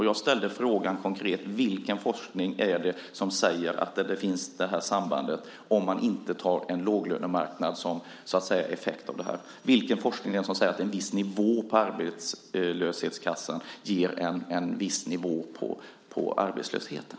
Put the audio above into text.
Jag ställde frågan konkret: Vilken forskning är det som säger att det här sambandet finns om man inte tar en låglönemarknad som effekt av detta? Vilken forskning är det som säger att en viss nivå på arbetslöshetskassan ger en viss nivå på arbetslösheten?